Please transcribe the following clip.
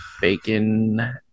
Bacon